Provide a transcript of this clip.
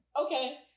okay